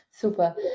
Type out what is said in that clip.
Super